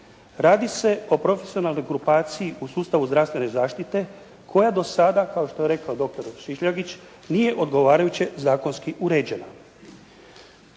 Radi se po profesionalnoj grupaciji u sustavu zdravstvene zaštite koja do sada, kao što je rekao doktor Šišljagić, nije odgovarajuće zakonski uređena.